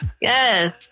Yes